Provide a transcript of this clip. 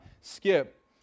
skip